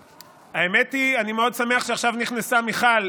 האמת היא, אני מאוד שמח שעכשיו נכנסה מיכל.